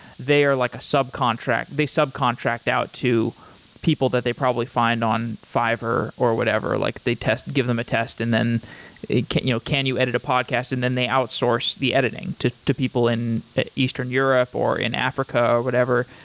they are like a subcontract. they subcontract out to people that they probably find on fiverr or whatever. like they give them a test and then can you know can you edit a podcast? and then they outsource the editing to to people in eastern europe or in africa, whatever,